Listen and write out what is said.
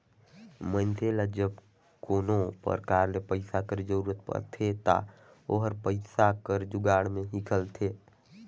मइनसे ल जब कोनो परकार ले पइसा कर जरूरत परथे ता ओहर पइसा कर जुगाड़ में हिंकलथे